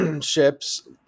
ships